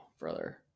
brother